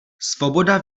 svoboda